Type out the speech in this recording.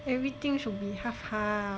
everything should be half half